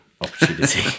opportunity